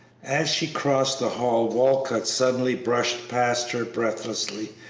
as she crossed the hall walcott suddenly brushed past her breathlessly,